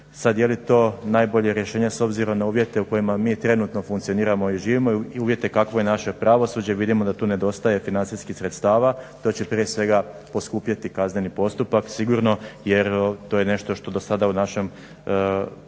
Sad je li to najbolje rješenje s obzirom na uvjete u kojima mi trenutno funkcioniramo i živimo i uvjete kakvo je naše pravosuđe. Vidimo da tu nedostaje financijskih sredstava. To će prije svega poskupjeti kazneni postupak sigurno jer to je nešto što do sada u našem Zakonu